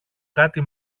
κάτι